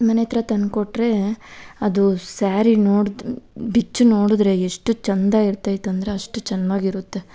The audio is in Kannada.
ಮನೆ ಹತ್ರ ತಂದು ಕೊಟ್ಟರೆ ಅದು ಸ್ಯಾರಿ ನೋಡ್ದೆ ಬಿಚ್ಚಿ ನೋಡಿದ್ರೆ ಎಷ್ಟು ಚಂದ ಇರ್ತೈತೆ ಅಂದರೆ ಅಷ್ಟು ಚೆನ್ನಾಗಿರುತ್ತೆ